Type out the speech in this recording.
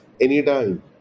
anytime